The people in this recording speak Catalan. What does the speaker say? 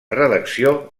redacció